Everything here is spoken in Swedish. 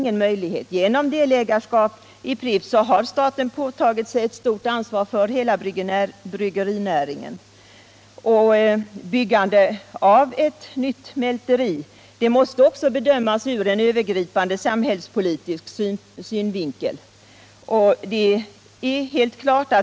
Genom delägarskap i Pripps har staten påtagit sig ett stort ansvar för hela bryggerinäringen. Byggandet av ett nytt mälteri måste bedömas också från övergripande samhällspolitisk synpunkt.